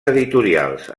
editorials